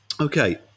Okay